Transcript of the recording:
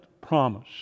promise